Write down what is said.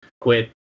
quit